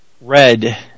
red